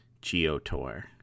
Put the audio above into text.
Geotour